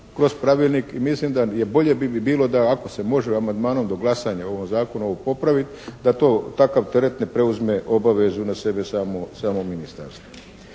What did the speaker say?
kroz pravilnik mislim da, bolje bi mi bilo da ako se može amandmanom do glasanja o ovom Zakonu ovo popraviti da to takav teret ne preuzme obavezu na sebe samo ministarstvo.